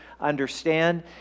understand